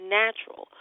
natural